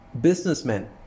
businessmen